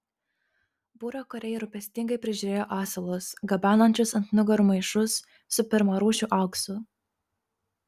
būrio kariai rūpestingai prižiūrėjo asilus gabenančius ant nugarų maišus su pirmarūšiu auksu